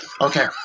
Okay